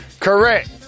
Correct